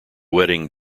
wedding